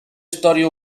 storia